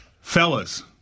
Fellas